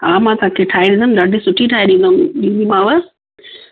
हा मां तव्हांखे ठाहे ॾींदमि ॾाढी सुठी ठाहे ॾींदमि ॾींदीमाव